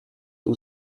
too